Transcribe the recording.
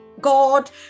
God